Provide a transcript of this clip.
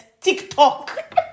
TikTok